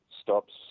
stops